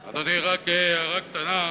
אדוני, הערה קטנה: